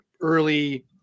early